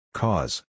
cause